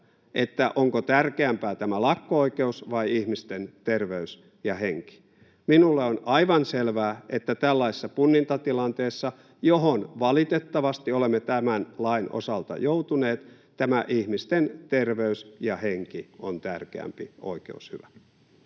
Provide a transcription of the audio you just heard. päättää, onko tärkeämpää tämä lakko-oikeus vai ihmisten terveys ja henki. Minulle on aivan selvää, että tällaisessa punnintatilanteessa, johon valitettavasti olemme tämän lain osalta joutuneet, tämä ihmisten terveys ja henki on tärkeämpi oikeushyvä.